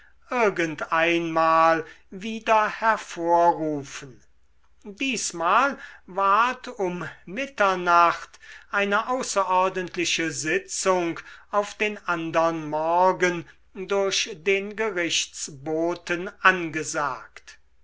einmal wieder hervorrufen diesmal ward um mitternacht eine außerordentliche sitzung auf den andern morgen durch den gerichtsboten angesagt